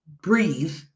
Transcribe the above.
breathe